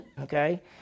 Okay